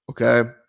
Okay